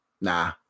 nah